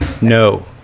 No